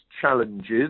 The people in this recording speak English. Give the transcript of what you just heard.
challenges